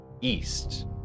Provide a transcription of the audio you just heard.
east